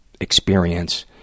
experience